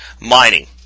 mining